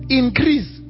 increase